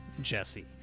Jesse